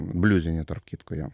bliuzinį tarp kitko jo